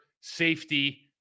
safety